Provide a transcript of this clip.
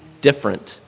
different